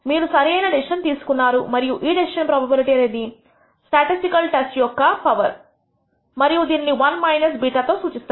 మీరు సరి అయిన డెసిషన్ తీసుకున్నారు మరియు ఈ డెసిషన్ ప్రోబబిలిటీ అనేది స్టాటిస్టికల్ టెస్ట్ యొక్క పవర్ మరియు దీనిని 1 β తో సూచిస్తారు